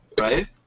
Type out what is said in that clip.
Right